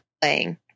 playing